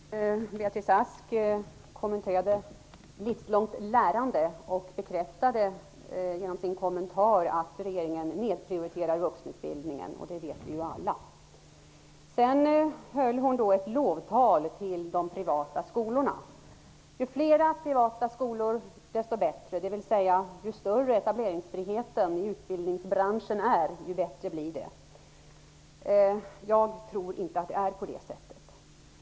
Fru talman! Beatrice Ask kommenterade livslångt lärande och bekräftade med sin kommentar att regeringen nedprioriterar vuxenundervisningen. Det vet vi ju också alla. Hon höll vidare ett lovtal till de privata skolorna. Ju flera privata skolor, desto bättre, dvs. ju större etableringsfriheten i utbildningsbranschen är, desto bättre blir det. Jag tror inte att det är så.